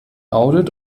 audit